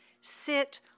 Sit